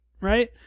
right